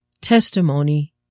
testimony